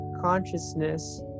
consciousness